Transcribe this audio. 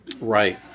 Right